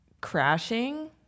crashing